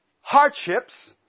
hardships